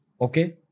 Okay